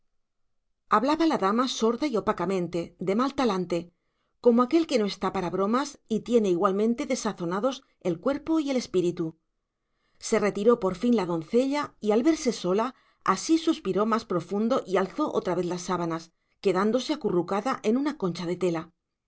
hablaba la dama sorda y opacamente de mal talante como aquel que no está para bromas y tiene igualmente desazonados el cuerpo y el espíritu se retiró por fin la doncella y al verse sola asís suspiró más profundo y alzó otra vez las sábanas quedándose acurrucada en una concha de tela